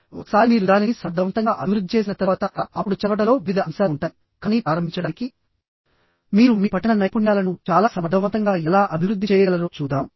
ఒకసారి మీరు దానిని సమర్థవంతంగా అభివృద్ధి చేసిన తర్వాతఅప్పుడు చదవడంలో వివిధ అంశాలు ఉంటాయి కానీ ప్రారంభించడానికి మీరు మీ పఠన నైపుణ్యాలను చాలా సమర్థవంతంగా ఎలా అభివృద్ధి చేయగలరో చూద్దాం